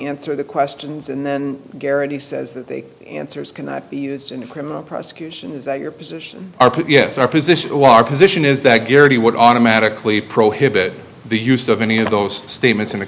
answer the questions and then guarantee says that the answers cannot be used in a criminal prosecution is that your position r p s our position or our position is that garrity would automatically prohibit the use of any of those statements in the